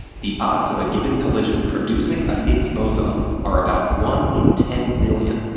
the odds of a given collision producing a higgs boson are about one in ten billion,